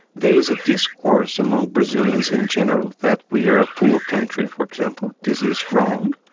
there is a discourse among brazilians in general that we are ah poor country, for example. this is wrong.